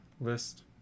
list